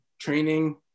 training